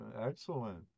Excellent